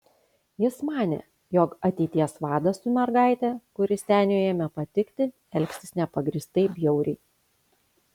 jis manė jog ateities vadas su mergaite kuri seniui ėmė patikti elgsis nepagrįstai bjauriai